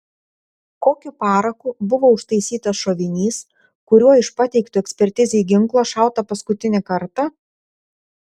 kokiu paraku buvo užtaisytas šovinys kuriuo iš pateikto ekspertizei ginklo šauta paskutinį kartą